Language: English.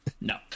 No